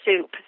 soup